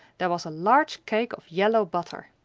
there was a large cake of yellow butter!